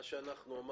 מה שאנחנו אמרנו,